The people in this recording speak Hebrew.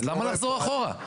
למה לחזור אחורה?